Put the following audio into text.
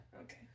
Okay